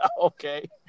Okay